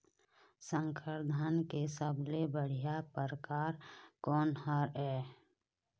संकर धान के सबले बढ़िया परकार कोन हर ये?